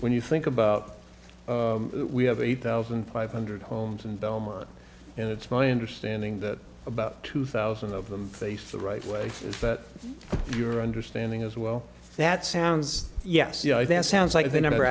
when you think about we have eight thousand five hundred homes in belmont and it's my understanding that about two thousand of them face the right way is that your understanding as well that sounds yes yeah that sounds like the n